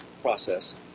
process